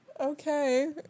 Okay